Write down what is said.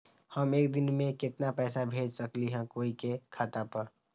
हम एक दिन में केतना पैसा भेज सकली ह कोई के खाता पर?